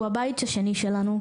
הוא הבית השני שלנו.